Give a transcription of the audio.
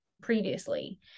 previously